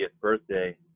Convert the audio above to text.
birthday